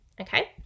Okay